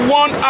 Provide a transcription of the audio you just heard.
one